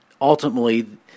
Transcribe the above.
ultimately